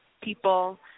people